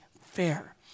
fair